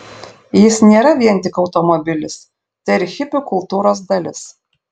jis nėra vien tik automobilis tai ir hipių kultūros dalis